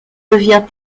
devient